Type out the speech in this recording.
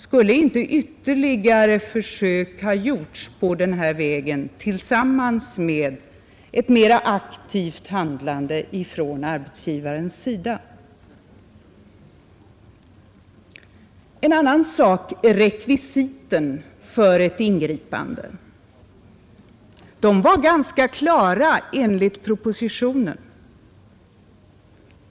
Skulle inte ytterligare försök ha gjorts på denna väg tillsammans med ett mera aktivt handlande från arbetsgivarens sida? En annan sak är rekvisiten för ett ingripande. De var ganska klara enligt propositionen.